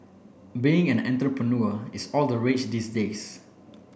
being an entrepreneur is all the rage these days